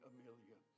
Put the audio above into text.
Amelia